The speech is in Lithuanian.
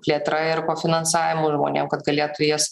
plėtra ir kofinansavimu žmonėm kad galėtų jas